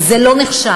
זה לא נחשב.